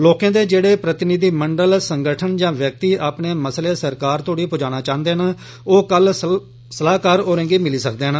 लोकें दे जेहड़े प्रतिनिधिमंडल संगठन जां व्यक्ति अपने मसले सरकार तोड़ी पजाना चाहूदे न ओ कल सलाहकार होरें गी मिली सकदे न